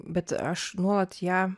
bet aš nuolat ją